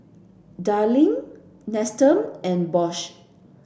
Darlie Nestum and Bosch